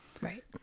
Right